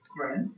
right